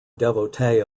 devotee